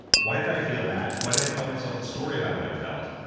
why did i feel that? why did i tell myself a story about what i felt?